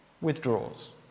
withdraws